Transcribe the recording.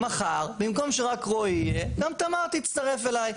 מחר במקום שרק רועי יהיה גם תמר תצטרף אליי,